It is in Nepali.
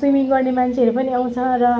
स्विमिङ गर्ने मान्छेहरू पनि आउँछ र